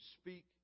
speak